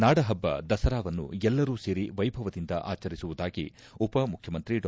ನಾಡ ಹಬ್ಬ ದಸರಾವನ್ನು ಎಲ್ಲರೂ ಸೇರಿ ವೈಭವದಿಂದ ಆಚರಿಸುವುದಾಗಿ ಉಪ ಮುಖ್ಯಮಂತ್ರಿ ಡಾ